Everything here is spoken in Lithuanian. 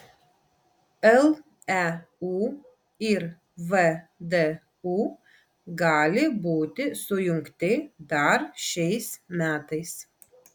leu ir vdu gali būti sujungti dar šiais metais